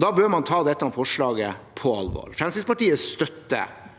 Da bør man ta dette forslaget på alvor. Fremskrittspartiet støtter